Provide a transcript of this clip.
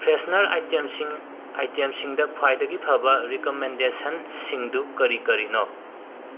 freshener ꯑꯥꯏꯇꯦꯝꯁꯤꯡ ꯑꯥꯏꯇꯦꯝꯁꯤꯡꯗ ꯈ꯭ꯋꯥꯏꯗꯒꯤ ꯐꯕ ꯔꯤꯀꯝꯃꯦꯟꯗꯦꯁꯟꯁꯤꯡꯗꯨ ꯀꯔꯤ ꯀꯔꯤꯅꯣ